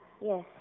Yes